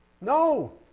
No